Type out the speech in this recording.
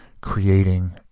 creating